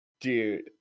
dude